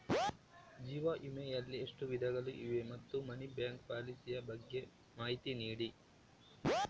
ಜೀವ ವಿಮೆ ಯಲ್ಲಿ ಎಷ್ಟು ವಿಧಗಳು ಇವೆ ಮತ್ತು ಮನಿ ಬ್ಯಾಕ್ ಪಾಲಿಸಿ ಯ ಬಗ್ಗೆ ಮಾಹಿತಿ ನೀಡಿ?